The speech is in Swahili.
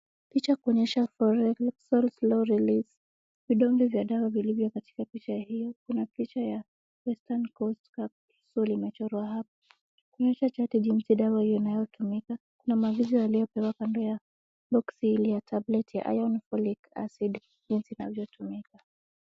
Picha kuonyesha Ferrous slow release . Vidonge vya dawa vilivyo katika picha hiyo. Kuna picha ya Western Coast capsule imechorwa hapo. Kuonyesha chati jinsi dawa hiyo inavyotumika. Kuna maagizo yaliyopewa pando ya boxi hili la tablet ya iron folic acid jinsi inavyotumika.